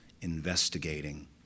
investigating